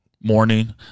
morning